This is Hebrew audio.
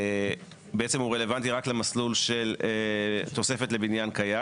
בעצם הוא רלוונטי רק למסלול של תוספת לבניין קיים.